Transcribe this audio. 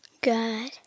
Good